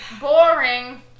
Boring